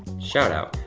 shout-out,